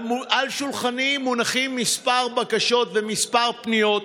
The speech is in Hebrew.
על שולחני מונחות כמה בקשות וכמה פניות,